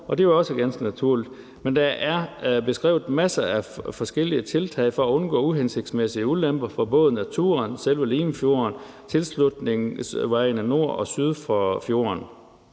det er jo også ganske naturligt, men der er beskrevet masser af forskellige tiltag for at undgå uhensigtsmæssige ulemper for både naturen, selve Limfjorden og tilslutningsvejene nord og syd for fjorden.